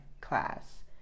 class